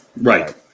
right